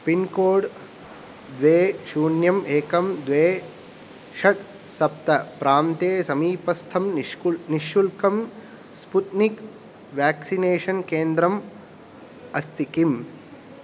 pincode द्वे शून्यम् एकं द्वे षट् सप्त प्रान्ते समीपस्थं निश्कुल् निःशुल्कं स्पूतनिक् व्याक्सिनेशन् केन्द्रम् अस्ति किम्